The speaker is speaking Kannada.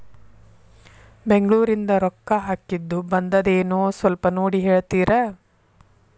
ಬೆಂಗ್ಳೂರಿಂದ ರೊಕ್ಕ ಹಾಕ್ಕಿದ್ದು ಬಂದದೇನೊ ಸ್ವಲ್ಪ ನೋಡಿ ಹೇಳ್ತೇರ?